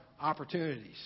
opportunities